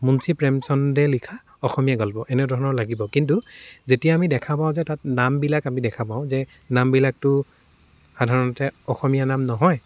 মুঞ্চী প্ৰেমচন্দে লিখা অসমীয়া গল্প এনেধৰণৰ লাগিব কিন্তু যেতিয়া আমি দেখা পাওঁ যে তাত নামবিলাক আমি দেখা পাওঁ যে নামবিলাকটো সাধাৰণতে অসমীয়া নাম নহয়